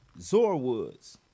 Zorwoods